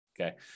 okay